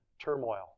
turmoil